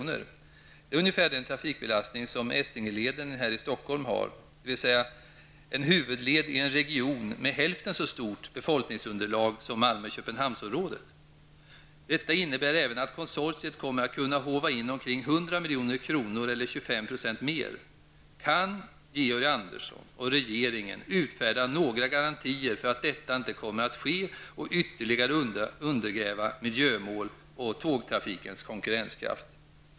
Det är ungefär den trafikbelastning som Essingeleden i Stockholm har, dvs. en huvudled i en region med hälften så stort befolkningsunderlag som Malmö Köpenhamnsområdet. Detta innebär även att konsortiet kommer att kunna håva in omkring 100 milj.kr. eller 25 % mer. Kan Georg Andersson och regeringen utfärda några garantier för att detta inte kommer att ske och därmed ytterligare undergräva miljömål och tågtrafikens konkurrenskraft?